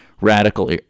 radical